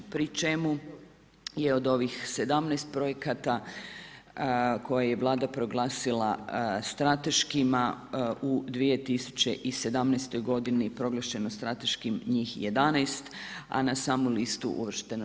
Pri čemu je od ovih 17 projekata koje je Vlada proglasila strateškima u 2017. godini proglašeno strateškim njih 11 a na samu listu uvršteno 14.